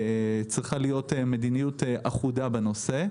צריכה להיות מדיניות אחודה בנושא.